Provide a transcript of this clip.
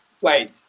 wait